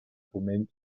pomell